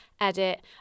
edit